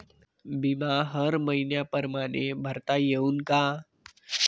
बिमा हर मइन्या परमाने भरता येऊन का?